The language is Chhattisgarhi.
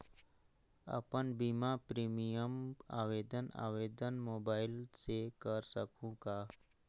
अपन बीमा प्रीमियम आवेदन आवेदन मोबाइल से कर सकहुं का?